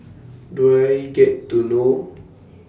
Do I get to know